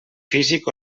físic